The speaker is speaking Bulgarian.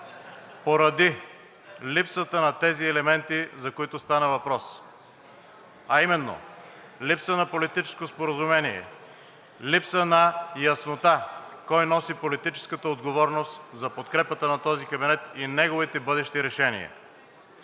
поради липсата на тези елементи, за които стана въпрос, а именно: липса на политическо споразумение; липса на яснота кой носи политическата отговорност за подкрепата на този кабинет и неговите бъдещи решения.